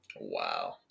wow